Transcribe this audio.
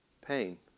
pain